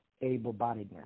able-bodiedness